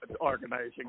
organizing